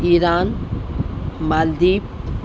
Iran Maldives